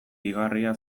igarria